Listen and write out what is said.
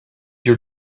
your